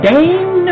Dame